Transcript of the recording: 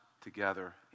together